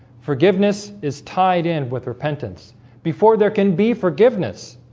forgiveness is tied in with repentance before there can be forgiveness.